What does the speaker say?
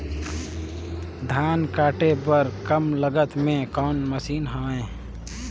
धान काटे बर कम लागत मे कौन मशीन हवय?